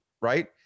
Right